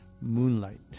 Moonlight